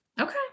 okay